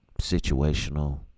situational